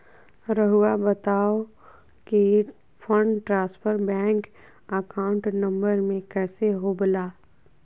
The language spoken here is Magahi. रहुआ बताहो कि fund transfer bank account number में कैसे होबेला?